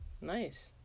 Nice